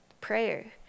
prayer